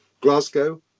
Glasgow